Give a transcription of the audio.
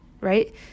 right